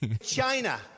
China